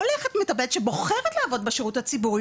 הולכת מטפלת שבוחרת לעבוד בשירות הציבורי,